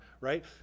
right